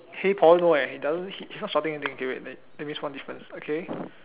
hey Paul no eh he doesn't he's not shouting anything k wait that means one difference okay